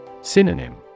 Synonym